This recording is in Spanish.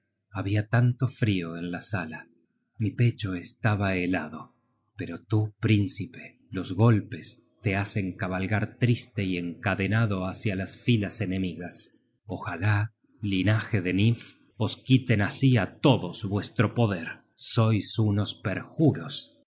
habia tanto frio en la sala mi pecho estaba helado pero tú príncipe los golpes te hacen cabalgar triste y encadenado hácia las filas enemigas ojalá linaje de nifl os quiten así á todos vuestro poder sois unos perjuros